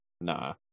nah